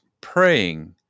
praying